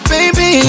Baby